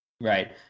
Right